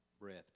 breath